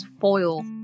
foil